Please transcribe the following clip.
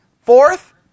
fourth